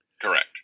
Correct